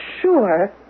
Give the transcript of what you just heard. sure